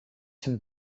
zijn